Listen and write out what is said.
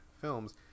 films